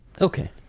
okay